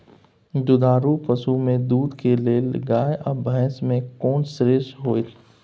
दुधारू पसु में दूध के लेल गाय आ भैंस में कोन श्रेष्ठ होयत?